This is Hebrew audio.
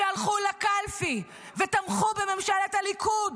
שהלכו לקלפי ותמכו בממשלת הליכוד,